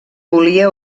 volia